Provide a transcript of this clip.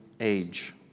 age